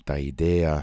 tą idėją